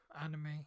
anime